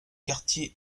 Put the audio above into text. quartier